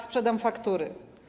Sprzedam faktury.